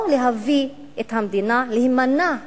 או להביא את המדינה להימנע ממלחמה?